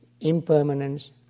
impermanence